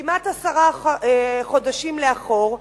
כמעט עשרה חודשים לאחור,